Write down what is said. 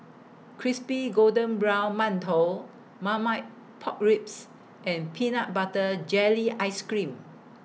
Crispy Golden Brown mantou Marmite Pork Ribs and Peanut Butter Jelly Ice Cream